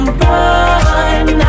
run